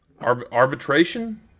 Arbitration